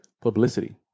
Publicity